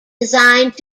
designed